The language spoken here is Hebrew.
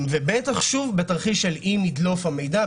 ובטח בתרחיש של אם ידלוף המידע,